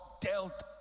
dealt